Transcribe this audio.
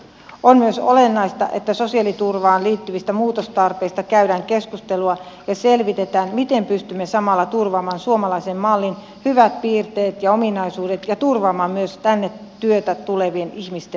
on myös olennaista että sosiaaliturvaan liittyvistä muutostarpeista käydään keskustelua ja selvitetään miten pystymme samalla turvaamaan suomalaisen mallin hyvät piirteet ja ominaisuudet ja turvaamaan myös tänne työhön tulevien ihmisten oikeudet